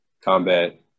combat